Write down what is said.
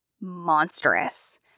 monstrous